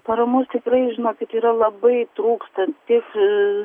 paramos tikrai žinokit yra labai trūksta ties